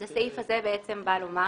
הסעיף הזה בא לומר